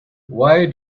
why